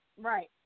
Right